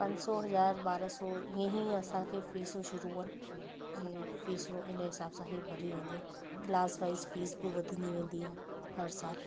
पंज सौ हज़ार ॿाराहं सौ ईअं ई असांखे फ़ीस शुरू आहिनि ऐं फ़ीसूं इन हिसाब सां ही भरी वेंदियूं आहिनि क्लास वाइज़ फ़ीस बि वधंदी वेंदी आहे हर साल